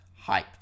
hyped